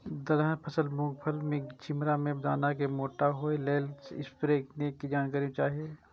दलहन फसल मूँग के फुल में छिमरा में दाना के मोटा होय लेल स्प्रै निक के जानकारी चाही?